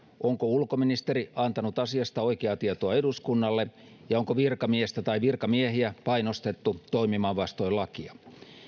onko ulkoministeri antanut asiasta oikeaa tietoa eduskunnalle ja onko virkamiestä tai virkamiehiä painostettu toimimaan vastoin lakia